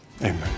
Amen